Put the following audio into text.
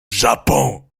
japon